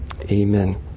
Amen